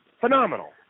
Phenomenal